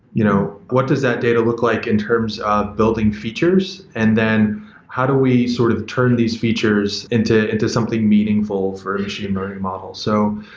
you know what does that data look like in terms of building features and then how do we sort of turn these features into into something meaningful for a machine learning model? so,